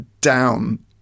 down